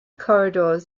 corridors